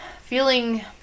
feeling